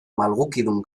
malgukidun